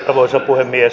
arvoisa puhemies